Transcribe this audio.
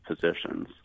positions